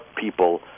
people